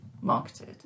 marketed